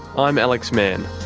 i'm alex mann